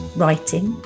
writing